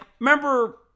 remember